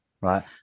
right